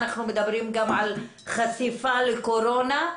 אנחנו מדברים גם על חשיפה לקורונה,